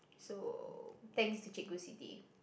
so thanks to Cikgu-Siti